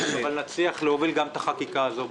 אבל נצליח להוביל גם את החקיקה הזאת בכנסת.